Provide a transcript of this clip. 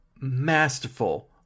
masterful